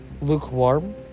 lukewarm